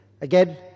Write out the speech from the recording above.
Again